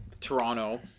Toronto